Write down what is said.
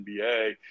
NBA